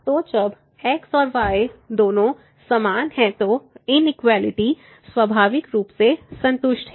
तो जब x और y दोनों समान हैं तो इनइक्वेलिटी स्वाभाविक रूप से संतुष्ट है